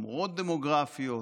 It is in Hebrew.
תמורות דמוגרפיות,